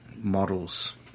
models